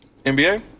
NBA